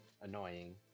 Annoying